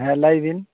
ᱞᱟᱹᱭ ᱵᱤᱱ